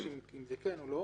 חשש אם זה כן או לא.